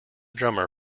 drummer